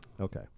Okay